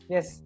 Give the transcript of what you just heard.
Yes